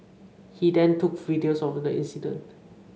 he then took videos of the incident